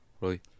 Right